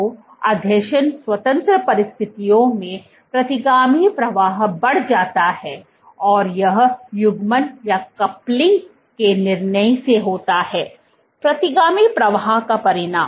तो आसंजन स्वतंत्र परिस्थितियों में प्रतिगामी प्रवाह बढ़ जाता है और यह युग्मन के निर्णय से होता है प्रतिगामी प्रवाह का परिमाण